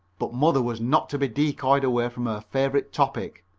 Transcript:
but mother was not to be decoyed away from her favorite topic.